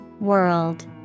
World